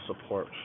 support